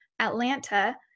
Atlanta